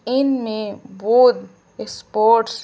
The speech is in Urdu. انین میں بود اسپوٹس